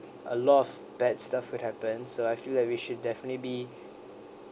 a lot of bad stuff would happen so I feel that we should definitely be